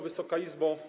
Wysoka Izbo!